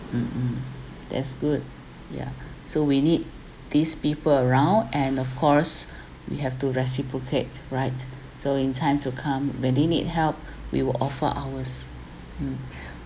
mm mm that's good yeah so we need these people around and of course we have to reciprocate right so in time to come when they need help we will offer ours mm